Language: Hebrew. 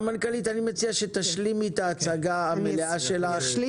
המנכ"לית, אני מציע שתשלימי את ההצגה המלאה שלך.